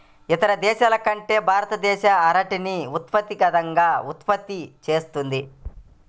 ఇతర దేశాల కంటే భారతదేశం అరటిని అత్యధికంగా ఉత్పత్తి చేస్తుంది